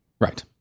Right